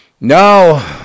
No